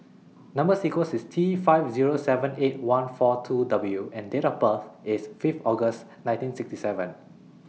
Number sequence IS T five Zero seven eight one four two W and Date of birth IS Fifth August nineteen sixty seven